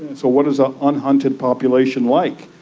so what is an unhunted population like?